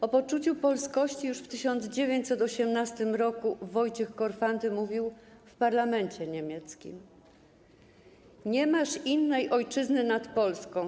O poczuciu polskości już w 1918 r. Wojciech Korfanty mówił w parlamencie niemieckim: ˝Nie masz innej ojczyzny nad Polską˝